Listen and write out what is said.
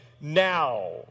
now